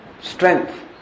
strength